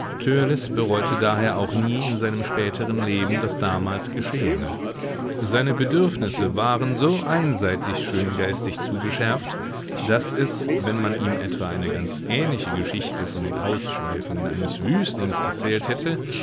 bereute daher auch nie in seinem späteren leben das damals geschehene seine bedürfnisse waren so einseitig schöngeistig zugeschärft daß es wenn man ihm etwa eine ganz ähnliche geschichte von den ausschweifungen eines wüstlings erzählt hätte